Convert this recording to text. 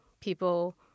people